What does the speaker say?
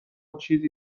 چیزی